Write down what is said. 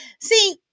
See